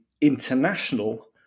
international